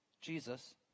Jesus